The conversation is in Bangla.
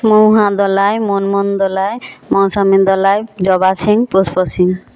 মহুয়া দোলয় মোনমোন দোলয় মৌসোমীন দোলয় জবা সিং পুষ্প সিং